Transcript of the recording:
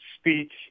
Speech